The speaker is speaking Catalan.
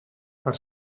per